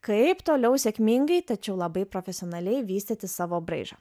kaip toliau sėkmingai tačiau labai profesionaliai vystyti savo braižą